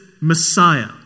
Messiah